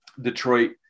Detroit